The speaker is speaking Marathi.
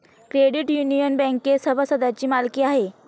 क्रेडिट युनियन बँकेत सभासदांची मालकी आहे